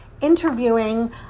interviewing